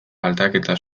aldaketa